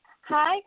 Hi